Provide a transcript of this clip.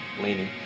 leaning